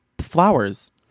flowers